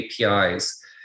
APIs